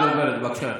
בבקשה.